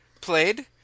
played